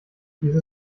wieso